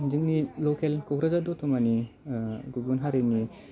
जोंनि लकेल कक्राझार दतमानि गुबुन हारिनि